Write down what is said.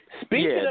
Speaking